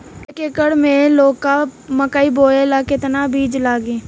एक एकर मे लौका मकई बोवे ला कितना बिज लागी?